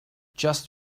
just